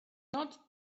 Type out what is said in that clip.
not